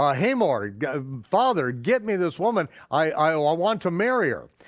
ah hamor, father, get me this woman, i want to marry her.